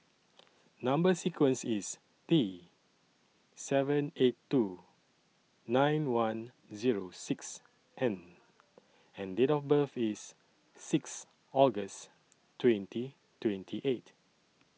Number sequence IS T seven eight two nine one Zero six N and Date of birth IS six August twenty twenty eight